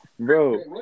Bro